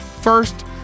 first